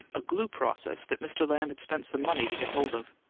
a glue process that mr. lamb had spent some money to get hold of.